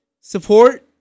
support